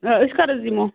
أسۍ کر حظ یِمو